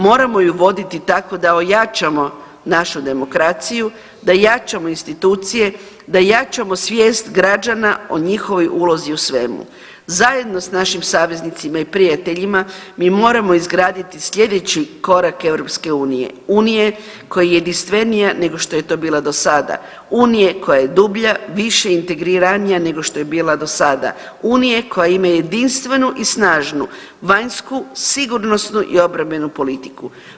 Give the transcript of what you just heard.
Moramo ju voditi tako da ojačamo našu demokraciju, da jačamo institucije, da jačamo svijest građana o njihovoj ulozi u svemu, zajedno s našim saveznicima i prijateljima mi moramo izgraditi sljedeći korak EU, Unije koja je jedinstvenija nego što je to bila do sada, Unije koja je dublja, više integriranija nego što je bila do sada, Unije koja ima jedinstvenu i snažnu vanjsku, sigurnosnu i obrambenu politiku.